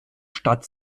stadt